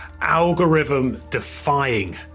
algorithm-defying